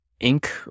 ink